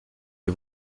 les